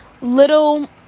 little